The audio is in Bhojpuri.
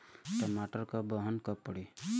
टमाटर क बहन कब पड़ी?